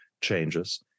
changes